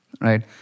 right